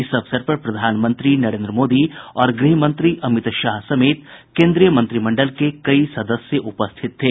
इस अवसर पर प्रधानमंत्री नरेन्द्र मोदी और गृह मंत्री अमित शाह समेत केन्द्रीय मंत्रिमंडल के कई सदस्य उपस्थित थे